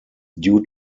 due